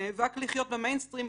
שנאבק לחיות במיינסטרים,